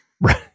Right